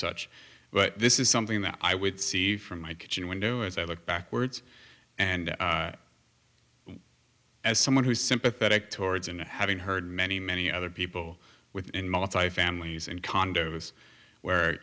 such but this is something that i would see from my kitchen window as i look backwards and as someone who's sympathetic towards and having heard many many other people within multifamily zone condos where